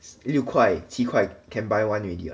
六块七块 can buy one already [what]